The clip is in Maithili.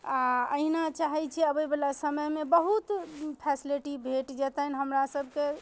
आओर अहिना चाहै छियै अबैवला समयमे बहुत फैसलिटी भेट जेतनि हमरा सबके